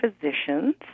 physicians